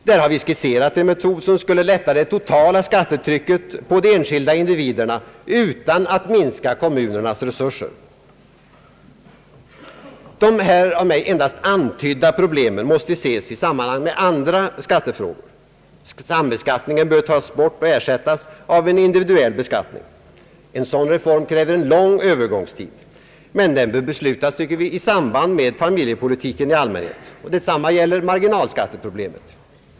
Vi har skisserat en metod som skulle lätta det totala skattetrycket på de enskilda individerna utan att minska kommunernas resurser. De här av mig endast antydda problemen måste ses i sammanhang med andra skattefrågor. Sambeskattningen bör tas bort och ersättas av en individuell beskattning. En sådan reform kräver en lång övergångstid. Men den bör, tycker vi, beslutas i sammanhang med familjepolitiken i allmänhet. Detsamma gäller marginalskatteproblemet.